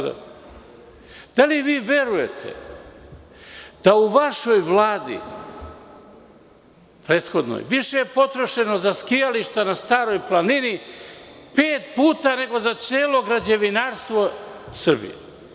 Da li verujete da u vašoj Vladi, prethodnoj, više je potrošeno za skijališta na Staroj planini, pet puta nego za celo građevinarstvo Srbije?